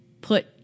put